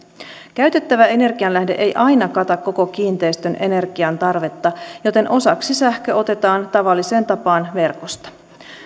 käytettävä energianlähde ei aina kata koko kiinteistön ener giantarvetta joten osaksi sähkö otetaan tavalliseen tapaan verkosta